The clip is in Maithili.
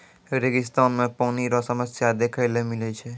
रेगिस्तान मे पानी रो समस्या देखै ले मिलै छै